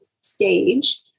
stage